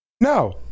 No